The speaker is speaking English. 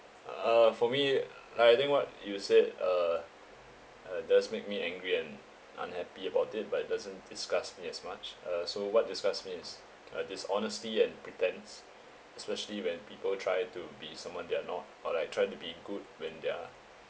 uh for me I think what you said uh uh just make me angry and unhappy about it but it doesn't disgusts me as much uh so what disgusts me is uh dishonesty and pretence especially when people try to be someone they are not or like try to be good when they are